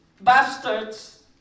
bastards